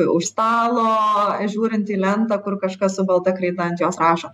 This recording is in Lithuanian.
už stalo žiūrint į lentą kur kažkas su balta kreida ant jos rašo